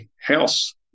house